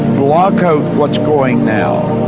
block out what's going now,